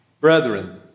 Brethren